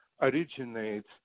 originates